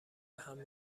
بهم